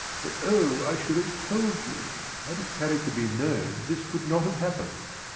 but oh, i should have told you! had his character been known, this could not have happened.